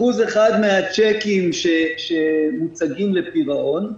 אחוז אחד מהצ'קים שמוצגים לפירעון,